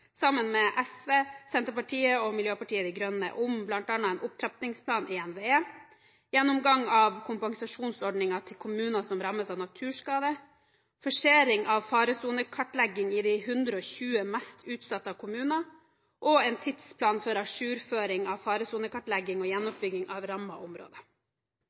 sammen med Senterpartiet, SV og Miljøpartiet De Grønne – om bl.a. en opptrappingsplan i NVE, en gjennomgang av kompensasjonsordningen til kommuner som rammes av naturskade, forsering av faresonekartlegging i de 120 mest utsatte kommunene og en tidsplan for ajourføring av faresonekartlegging og gjenoppbygging av rammede områder.